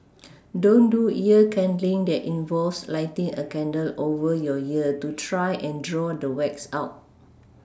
don't do ear candling that involves lighting a candle over your ear to try and draw the wax out